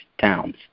towns